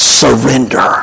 surrender